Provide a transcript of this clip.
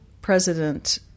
President